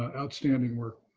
outstanding work.